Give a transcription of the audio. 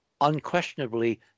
unquestionably